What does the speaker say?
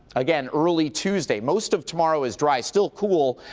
again, early tuesday. most of tomorrow is dry. still cool,